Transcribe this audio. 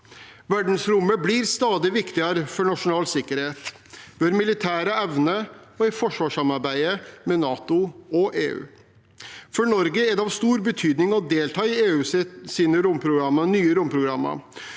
Verdensrommet blir stadig viktigere for nasjonal sikkerhet, vår militære evne og i forsvarssamarbeidet med NATO og EU. For Norge er det av stor betydning å delta i EUs nye romprogrammer,